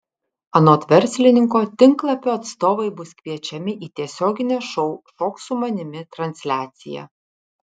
anot verslininko tinklapio atstovai bus kviečiami į tiesioginę šou šok su manimi transliaciją